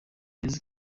mbese